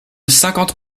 cinquante